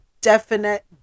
definite